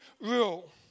rule